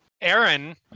Aaron